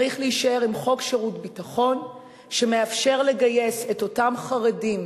צריך להישאר עם חוק שירות ביטחון שמאפשר לגייס את אותם חרדים